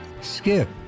Skip